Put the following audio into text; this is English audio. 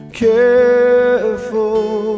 careful